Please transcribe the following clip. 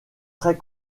très